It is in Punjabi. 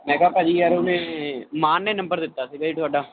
ਮੈਂ ਕਿਹਾ ਭਾਜੀ ਯਾਰ ਉਹਨੇ ਮਾਨ ਨੇ ਨੰਬਰ ਦਿੱਤਾ ਸੀ ਤੁਹਾਡਾ